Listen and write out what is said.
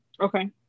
okay